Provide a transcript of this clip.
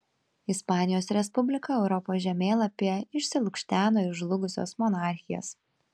ispanijos respublika europos žemėlapyje išsilukšteno iš žlugusios monarchijos